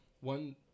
one